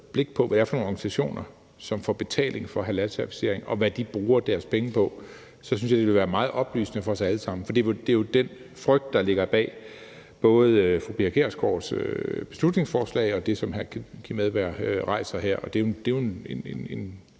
blik på, hvad det er for nogle organisationer, som får betaling for halalcertificering, og hvad de bruger deres penge på, synes jeg, det ville være meget oplysende for os alle sammen. For det er jo den frygt, der ligger bag både fru Pia Kjærsgaards beslutningsforslag og det, som hr. Kim Edberg Andersen rejser her. Og det er jo en